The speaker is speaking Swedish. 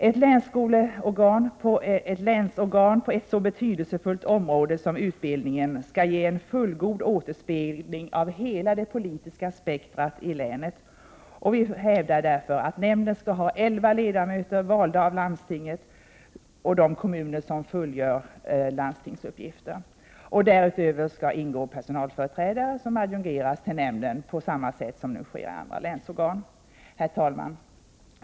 Ett länsorgan på ett så betydelsefullt område som utbildningens skall ge fullgod återspegling av hela det politiska spektret i länet. Vi hävdar därför att nämnden skall ha elva ledamöter, valda av landstinget och de kommuner som fullgör landstingsuppgifter. Därutöver skall ingå personalföreträdare som adjungeras till nämnden på samma sätt som nu sker i andra länsorgan. Herr talman!